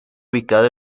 ubicado